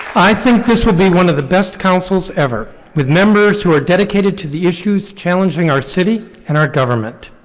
i think this will be one of the best councils ever, with members who are dedicated to the issues challenging our city and our government.